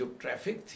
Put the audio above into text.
traffic